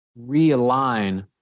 realign